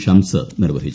ഷംസ് നിർവഹിച്ചു